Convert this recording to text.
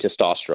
testosterone